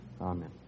Amen